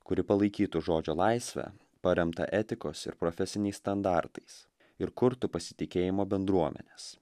kuri palaikytų žodžio laisvę paremtą etikos ir profesiniais standartais ir kurtų pasitikėjimo bendruomenes